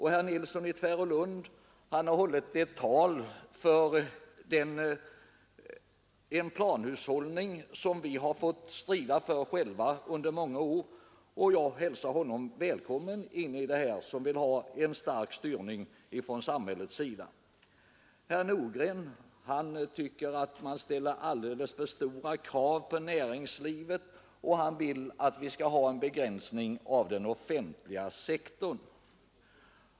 Herr Nilsson i Tvärålund talade för en planhushållning, som vi ensamma har fått strida för under många år. Jag hälsar honom välkommen bland dem som vill ha en stark styrning från samhällets sida. Herr Nordgren tyckte att man ställer alldeles för stora krav på näringslivet och ville att vi skulle begränsa den offentliga sektorn.